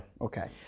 Okay